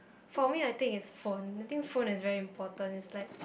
for me I think it's phone I think phone is very important is like